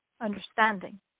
understanding